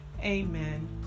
amen